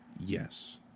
Yes